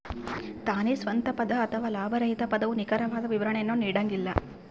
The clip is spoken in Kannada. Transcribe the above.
ತಾನೇ ಸ್ವಂತ ಪದ ಅಥವಾ ಲಾಭರಹಿತ ಪದವು ನಿಖರವಾದ ವಿವರಣೆಯನ್ನು ನೀಡಂಗಿಲ್ಲ